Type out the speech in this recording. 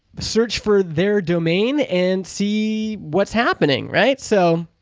search for their domain and see what's happening. right? so